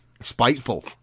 Spiteful